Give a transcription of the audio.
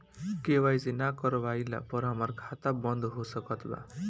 KYC ना करवाइला पर हमार खाता बंद हो सकत बा का?